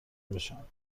بشم